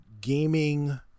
gaming